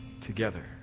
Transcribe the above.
together